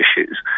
issues